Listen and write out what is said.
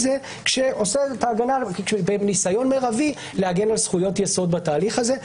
זה בניסיון מרבי להגן על זכויות יסוד בתהליך הזה.